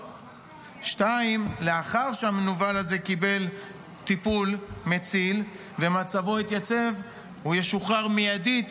2. לאחר שהמנוול הזה קיבל טיפול מציל ומצבו התייצב הוא ישוחרר מיידית